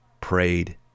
prayed